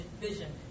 vision